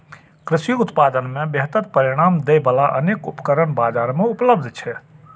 कृषि उत्पादन मे बेहतर परिणाम दै बला अनेक उपकरण बाजार मे उपलब्ध छै